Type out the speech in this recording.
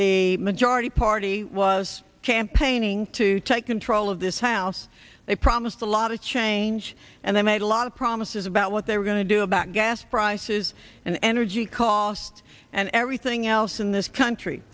they majority party was campaigning to take control of this house they promised a lot of change and they made a lot of promises about what they were going to do about gas prices and energy cost and everything else in this country